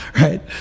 right